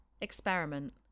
experiment